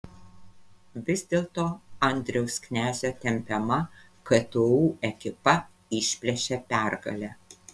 vis dėlto andriaus knezio tempiama ktu ekipa išplėšė pergalę